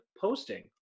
posting